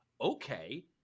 okay